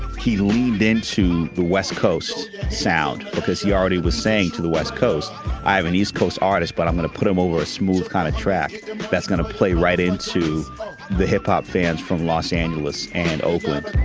he leaned in to the west coast sound because he already was saying to the west coast i have an east coast artist but i'm going to put him over a smooth kind of track that's going to play right into the hip hop fans from los angeles and oakland.